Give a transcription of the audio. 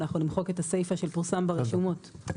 אנחנו נמחק את הסיפה שיפורסם ברשומות.